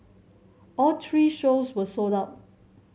all three shows were sold out